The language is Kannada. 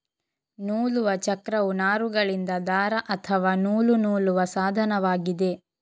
ನೂಲುವ ಚಕ್ರವು ನಾರುಗಳಿಂದ ದಾರ ಅಥವಾ ನೂಲು ನೂಲುವ ಸಾಧನವಾಗಿದೆ